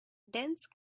dense